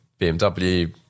bmw